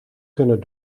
kunnen